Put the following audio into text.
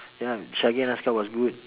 ya chage and aska was good